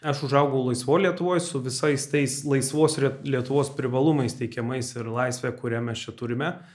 aš užaugau laisvoj lietuvoj su visais tais laisvos lietuvos privalumais teikiamais ir laisve kurią mes čia turime